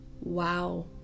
wow